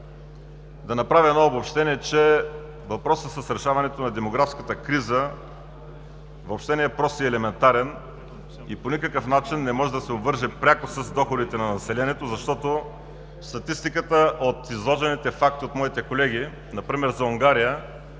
да направя обобщение, че въпросът с решаването на демографската криза въобще не е прост и елементарен и по никакъв начин не може да се обвърже пряко с доходите на населението, защото статистиката от изложените факти от моите колеги например за Унгария